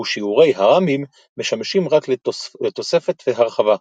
ושיעורי הר"מים משמשים רק לתוספת והרחבה,